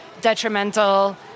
detrimental